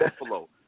Buffalo